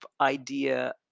idea